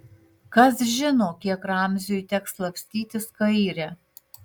kas žino kiek ramziui teks slapstytis kaire